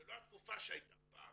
זה לא התקופה שהייתה פעם.